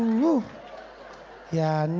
whew yeah, ne.